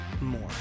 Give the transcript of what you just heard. more